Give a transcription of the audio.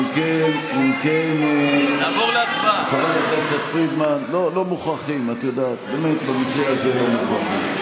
אם כן, חברת הכנסת פרידמן, במקרה הזה לא מוכרחים.